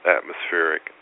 atmospheric